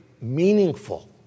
meaningful